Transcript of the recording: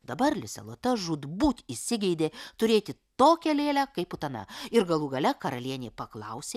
dabar lisė lota žūtbūt įsigeidė turėti tokią lėlę kaip putana ir galų gale karalienė paklausė